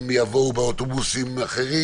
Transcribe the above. הם יבואו באוטובוסים אחרים?